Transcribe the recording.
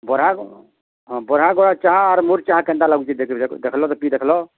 ବରଗଡ଼ର ହଁ ବରାଗଡ଼୍ ଚାହା ଆର୍ ମୋର୍ ଚାହା କେନ୍ତା ଲାଗୁଛି ଦେଖି ଦେଖ୍ ଦେଖଲ୍ ତ ପିଇ ଦେଖଲ୍